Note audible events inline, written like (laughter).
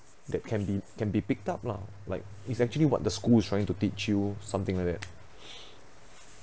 that can be can be picked up lah like it's actually what the school is trying to teach you something like that (breath)